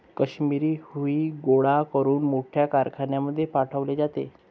काश्मिरी हुई गोळा करून मोठ्या कारखान्यांमध्ये पाठवले जाते